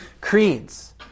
creeds